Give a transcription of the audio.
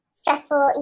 stressful